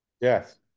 yes